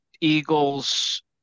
Eagles